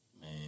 Man